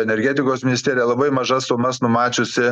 energetikos ministerija labai mažas sumas numačiusi